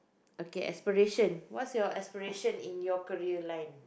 okay expression what's your expression in your career line